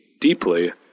deeply